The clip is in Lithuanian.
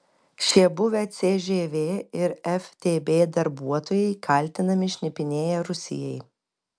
šie buvę cžv ir ftb darbuotojai kaltinami šnipinėję rusijai